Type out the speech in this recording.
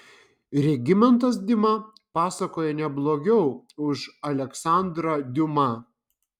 regimantas dima pasakoja ne blogiau už aleksandrą diuma